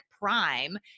prime